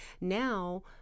Now